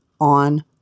on